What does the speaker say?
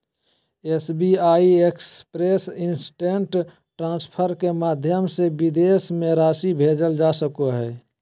SBI express instant transfer के माध्यम से विदेश में राशि भेजल जा सको हइ